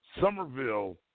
Somerville